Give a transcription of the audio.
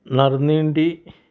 നറുനീണ്ടി